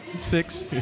Sticks